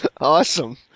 Awesome